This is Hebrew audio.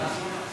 ההצעה להעביר את